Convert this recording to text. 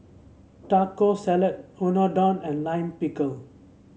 Taco Salad Unadon and Lime Pickle